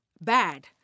bad